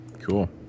cool